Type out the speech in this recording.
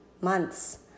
months